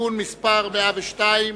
(תיקון מס' 102),